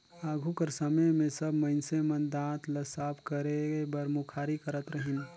आघु कर समे मे सब मइनसे मन दात ल साफ करे बर मुखारी करत रहिन